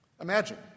Imagine